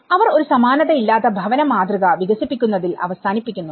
അവർ ഒരു സമാനത ഇല്ലാത്ത ഭവന മാതൃക വികസിപ്പിക്കുന്നതിൽ അവസാനിപ്പിക്കുന്നു